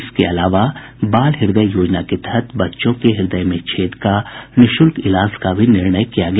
इसके अलावा बाल हृदय योजना के तहत बच्चों के हृदय में छेद का निःशुल्क इलाज का भी निर्णय किया गया